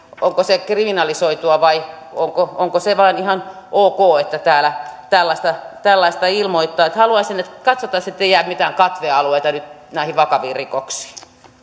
onko se kriminalisoitua vai onko se vain ihan ok että täällä tällaista tällaista ilmoittaa haluaisin että katsottaisiin ettei jää mitään katvealueita nyt näihin vakaviin rikoksiin